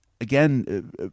again